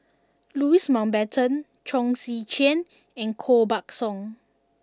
Louis Mountbatten Chong Tze Chien and Koh Buck Song